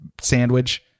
sandwich